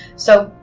so,